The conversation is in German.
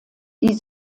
die